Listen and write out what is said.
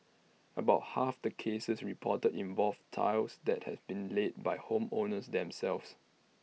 about half the cases reported involved tiles that had been laid by home owners themselves